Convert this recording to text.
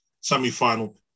semi-final